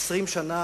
אולי 25 שנה